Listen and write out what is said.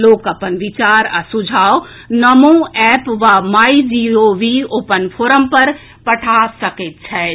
लोक अपन विचार आ सुझाव नमो एप वा माई जीओवी ओपन फोरम पर पठा सकैत छथि